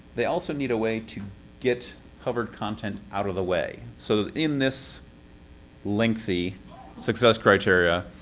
they also need a way to get hover content out of the way. so in this lengthy success criterion,